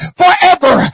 forever